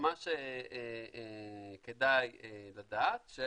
מה שכדאי לדעת,